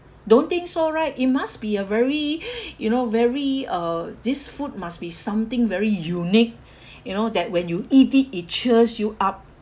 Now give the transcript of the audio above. don't think so right it must be a very you know very uh this food must be something very unique you know that when you eat it it cheers you up